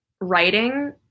writing